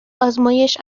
آزمایش